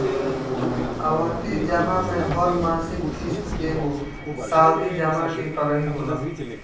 आवर्ती जमा में हर मासिक किश्त एगो सावधि जमा की तरही होला